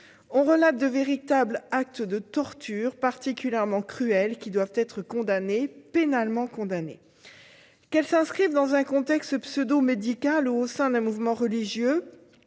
On relate de véritables actes de torture, particulièrement cruels, qui doivent être condamnés, pénalement condamnés. Qu'elles s'inscrivent dans un contexte pseudo-médical ou au sein d'un mouvement religieux,